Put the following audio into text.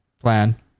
plan